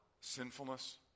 sinfulness